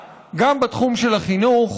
גם בתחום של הרווחה, גם בתחום של החינוך.